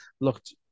looked